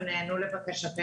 הם נענו לבקשתנו.